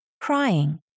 crying